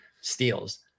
steals